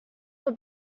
were